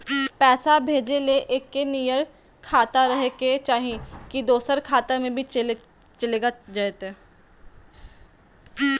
पैसा भेजे ले एके नियर खाता रहे के चाही की दोसर खाता में भी चलेगा जयते?